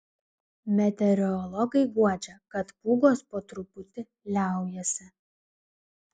meteorologai guodžia kad pūgos po truputį liaujasi